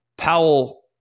Powell